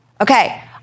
Okay